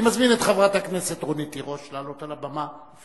אני מזמין את חברת הכנסת רונית תירוש לעלות על הבימה על